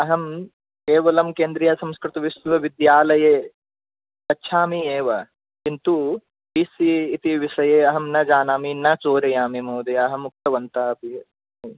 अहं केवलं केन्द्रियसंस्कृतविश्वविद्यालये गच्छामि एव किन्तु पि सि इति विषये अहं न जानामि न चोरयामि महोदया अहमुक्तवन्तः अपि